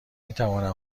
میتوانم